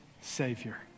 Savior